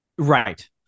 Right